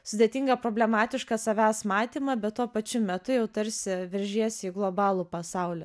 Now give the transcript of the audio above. sudėtingą problematišką savęs matymą bet tuo pačiu metu jau tarsi veržiesi į globalų pasaulį